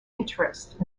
interest